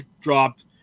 dropped